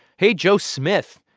hey, joe smith,